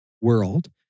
world